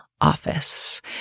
Office